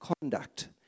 conduct